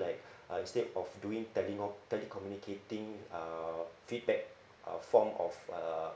like uh instead of doing telecom~ tele-communicating uh feedback uh form of uh